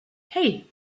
hei